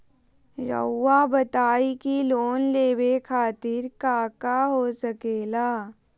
रउआ बताई की लोन लेवे खातिर काका हो सके ला?